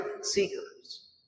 seekers